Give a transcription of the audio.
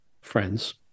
friends